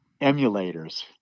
emulators